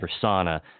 persona